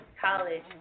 college